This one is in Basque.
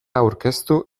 aurkeztu